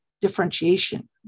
differentiation